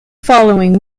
following